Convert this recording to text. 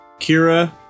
Kira